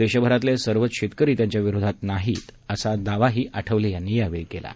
देशभरातले सर्वच शेतकरी त्यांच्या विरोधात नाहीत असा दावाही आठवले यांनी केला आहे